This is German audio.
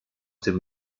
dem